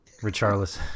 Richarlison